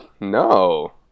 no